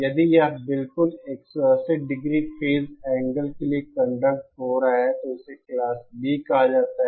यदि यह बिल्कुल 180 डिग्री फेज एंगल के लिए कंडक्ट हो रहा है तो इसे क्लास B कहा जाता है